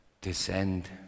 descend